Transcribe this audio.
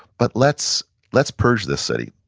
but let's let's purge this city.